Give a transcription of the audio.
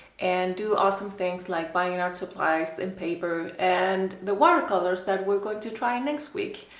and do awesome things like buying art supplies and paper and, the watercolors that we're going to try and next week